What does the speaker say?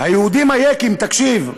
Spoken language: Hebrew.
"היהודים היקים" תקשיב,